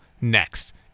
next